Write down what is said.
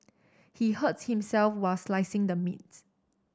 he hurt himself while slicing the meat